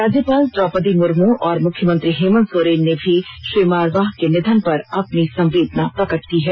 राज्यपाल द्रौपदी मुर्मू और मुख्यमंत्री हेमंत सोरेन ने भी श्री मारवाह के निधन पर अपनी संवेदना प्रकट की है